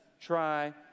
try